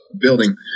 building